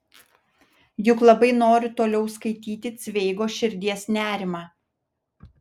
juk labai noriu toliau skaityti cveigo širdies nerimą